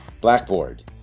blackboard